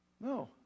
No